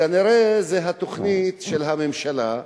כנראה זאת התוכנית של הממשלה,